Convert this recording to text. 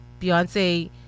Beyonce